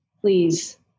Please